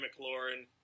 McLaurin